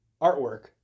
artwork